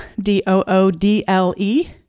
D-O-O-D-L-E